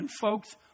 folks